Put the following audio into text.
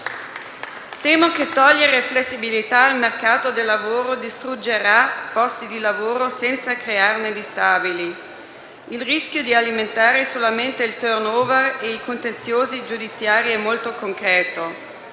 Temo che togliere flessibilità al mercato del lavoro distruggerà posti i lavoro, senza crearne di stabili. Il rischio di alimentare solamente il *turnover* e i contenziosi giudiziari è molto concreto.